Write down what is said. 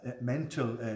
mental